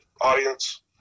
audience